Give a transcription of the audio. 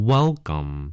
Welcome